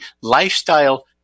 lifestyle